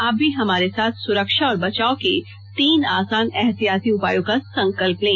आप भी हमारे साथ सुरक्षा और बचाव के तीन आसान एहतियाती उपायों का संकल्प लें